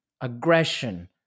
aggression